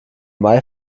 may